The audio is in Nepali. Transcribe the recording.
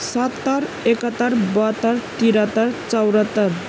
सत्तर एकाहत्तर बहत्तर तिरहत्तर चौरात्तर